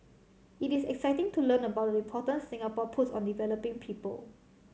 it is exciting to learn about the importance Singapore puts on developing people